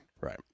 Right